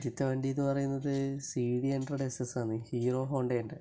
ആദ്യത്തെ വണ്ടി എന്ന് പറയുന്നത് സിഡി ഹൺഡ്രഡ് എസ്എസ് ആണ് ഹീറോ ഹോണ്ടേൻ്റെ